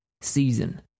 season